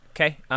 okay